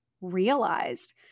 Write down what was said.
realized